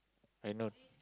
I know